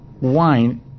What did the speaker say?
wine